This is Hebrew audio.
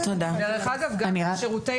דרך אגב, שירותי